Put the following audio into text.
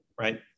right